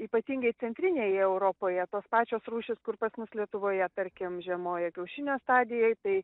ypatingai centrinėje europoje tos pačios rūšys kur pas mus lietuvoje tarkim žiemoja kiaušinio stadijoj tai